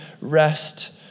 rest